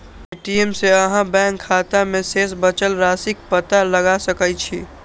ATM सं अहां bank खाता मे शेष बचल राशिक पता लगा सकै छी